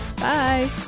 Bye